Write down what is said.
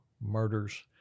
murders